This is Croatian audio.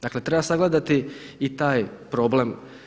Dakle treba sagledati i taj problem.